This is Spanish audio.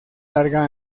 larga